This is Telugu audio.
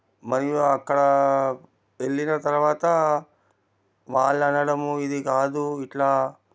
మరియు అక్కడ వెళ్ళిన తర్వాత వాళ్ళనడము ఇది కాదు ఇట్లా